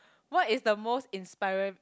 what is the most inspiring